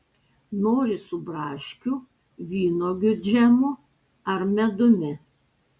nori su braškių vynuogių džemu ar medumi